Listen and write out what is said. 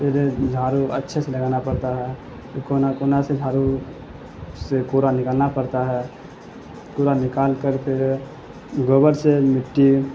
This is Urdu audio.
پھر جھاڑو اچھے سے لگانا پڑتا ہے پھر کونہ کونہ سے جھاڑو سے کوڑا نکالنا پڑتا ہے کوڑا نکال کر کے گوبر سے مٹی